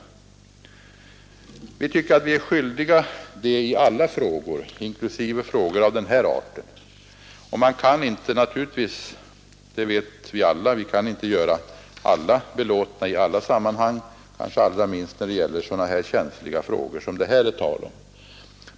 Vi tycker att vi är skyldiga att göra det i alla frågor, inklusive frågor av den art det här gäller. Men självfallet kan vi inte alltid göra alla belåtna i alla sammanhang, allra minst kanske i sådana känsliga frågor som det här är tal om.